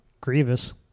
Grievous